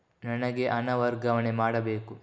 ನನಗೆ ಹಣ ವರ್ಗಾವಣೆ ಮಾಡಬೇಕು